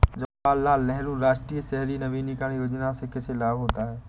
जवाहर लाल नेहरू राष्ट्रीय शहरी नवीकरण योजना से किसे लाभ होता है?